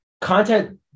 Content